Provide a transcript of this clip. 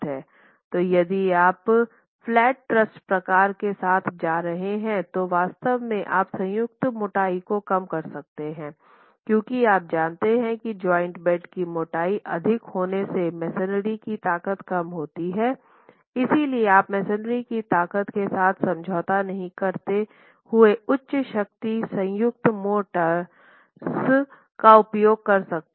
तो यदि आप फ्लैट ट्रस्ट प्रकार के साथ जा रहे हैं तो वास्तव में आप संयुक्त मोटाई को कम सकते हैं क्योंकि आप जानते हैं कि जॉइंट बेड की मोटाई अधिक होने से मेसनरी की ताकत कम होती है इसलिए आप मेसनरी की ताकत के साथ समझौता नहीं करते हुए उच्च शक्ति संयुक्त मोटर्स का उपयोग कर सकते हैं